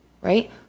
right